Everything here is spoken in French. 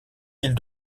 îles